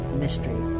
mystery